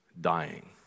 dying